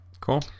cool